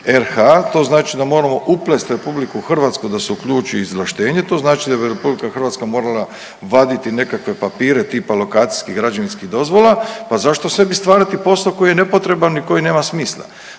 to znači da moramo uplesti RH da se uključi u izvlaštenje, to znači da bi RH morala vaditi nekakve papire, tipa lokalnih i građevinskih dozvola, pa zašto sebi stvarati posao koji je nepotreban i koji nema smisla.